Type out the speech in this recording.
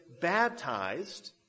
baptized